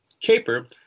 CAPER